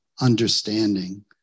understanding